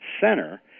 center